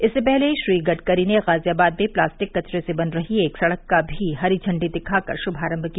इससे पहले श्री गडकरी ने गाजियाबाद में प्लास्टिक कचरे से बन रही एक सडक का भी हरी झंडी दिखाकर शुभारंभ किया